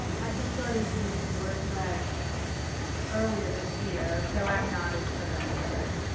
i've just started using wordpress earlier this year so i'm not as familiar.